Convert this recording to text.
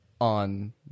on